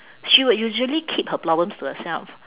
she would usually keep her problems to herself